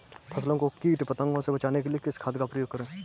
फसलों को कीट पतंगों से बचाने के लिए किस खाद का प्रयोग करें?